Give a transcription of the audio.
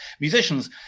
musicians